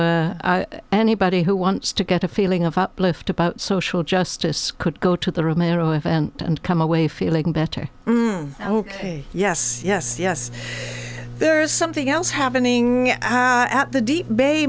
anybody who wants to get a feeling of uplift about social justice could go to the romero event and come away feeling better ok yes yes yes there is something else happening at the deep ba